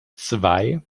zwei